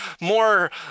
more